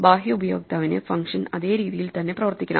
ബാഹ്യ ഉപയോക്താവിന് ഫങ്ഷൻ അതേ രീതിയിൽ തന്നെ പ്രവർത്തിക്കണം